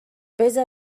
بزار